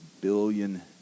billion